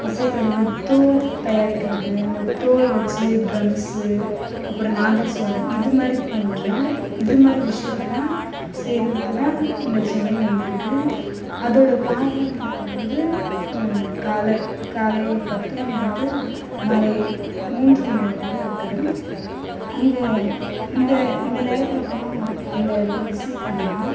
இசை களஞ்சியம் தோல் தயாரிக்கிறது அந்த தோல் வச்சு ட்ரம்ஸு அப்புறம் நாதஸ்வரம் இதுமாதிரி போன்ற இதுமாதிரி விஷயத்தலாம் செய்கிறதுக்கு தான் இந்த சென்னையில் வந்து இருக்கு அதோட பார்வை நேரம் வந்து காலை பத்து மணிலேருந்து மாலை மூன்று மணி வரையும் கூட இருக்கு அங்கே இந்த இந்த நேரத்தில் போனால் அந்த இடத்த விசிட் பண்ணலாம்